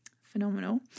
Phenomenal